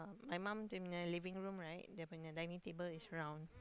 my mum dia punya living room right dia punya dinning table is round